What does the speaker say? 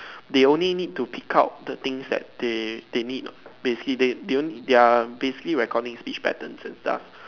they only need to pick out the things that they they need lah basically they they only they're basically recording speech patterns and stuff